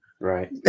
Right